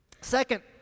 Second